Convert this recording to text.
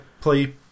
play